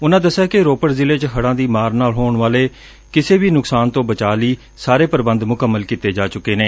ਉਨੂਾਂ ਦਸਿਆ ਕਿ ਰੋਪੜ ਜ਼ਿਲ੍ਹੇ ਚ ਹੜ੍ਹਾਂ ਦੀ ਮਾਰ ਨਾਲ ਹੋਣ ਵਾਲੇ ਕਿਸੇ ਵੀ ਨੁਕਸਾਨ ਤੋਂ ਬਚਾਅ ਲਈ ਸਾਰੇ ਪ੍ਰਬੰਧ ਮੁਕੰਮਲ ਕੀਤੇ ਜਾ ਚੁੱਕੇ ਨੇ